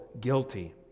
guilty